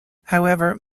however